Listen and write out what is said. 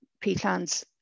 peatlands